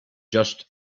just